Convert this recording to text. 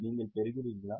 நீங்கள் பெறுகிறீர்களா